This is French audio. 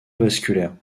vasculaire